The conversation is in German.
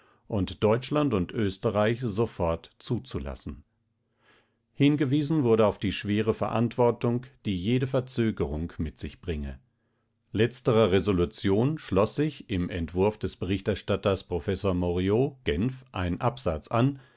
und deutschland und österreich sofort zuzulassen hingewiesen wurde auf die schwere verantwortung die jede verzögerung mit sich bringe letzterer resolution schloß sich im entwurf des berichterstatters prof moriaud genf ein absatz an